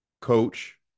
Coach